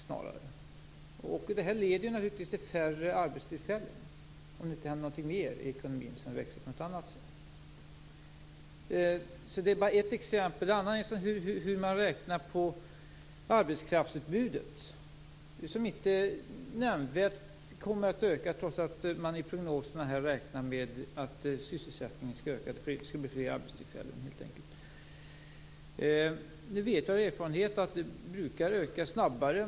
Det leder naturligtvis till att det blir färre arbetstillfällen, om det nu inte händer ytterligare något i ekonomin som gör att den växer på ett annat sätt. Det här är ett exempel. Vidare handlar det om hur man räknar på arbetskraftsutbudet, som inte nämnvärt kommer att öka trots att man i prognoserna här räknar med att sysselsättningen skall öka, att det helt enkelt blir fler arbetstillfällen. Av erfarenhet vet vi att ökningen brukar ske snabbare.